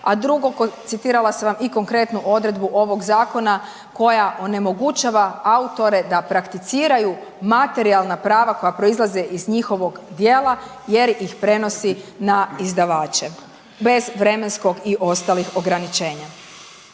A drugo, citirala sam vam i konkretnu odredbu ovog zakona koja onemogućava autore da prakticiraju materijalna prava koja proizlaze iz njihovog djela jer ih prenosi na izdavače bez vremenskog i ostalih ograničenja.